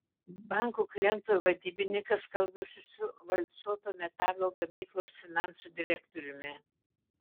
banko klientų vadybininkas kalbasi su valcuoto metalo gamyklos finansų direktoriumi